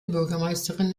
bürgermeisterin